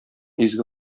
изге